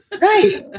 Right